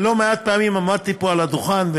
לא מעט פעמים עמדתי פה על הדוכן,